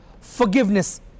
forgiveness